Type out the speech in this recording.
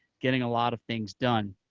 getting a lot of things done.